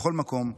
בכל מקום,